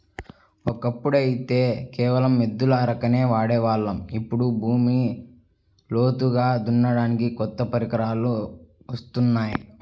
ఒకప్పుడైతే కేవలం ఎద్దుల అరకనే వాడే వాళ్ళం, ఇప్పుడు భూమిని లోతుగా దున్నడానికి కొత్త పరికరాలు వత్తున్నాయి